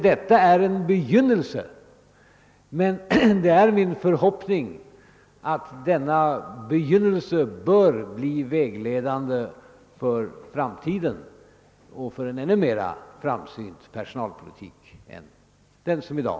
Detta är en begynnelse, men det är min förhoppning att denna begynnelse skall bli vägledande för framtiden, så att det kommer att föras en ännu mer framsynt personalpolitik än i dag.